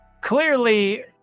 Clearly